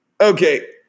Okay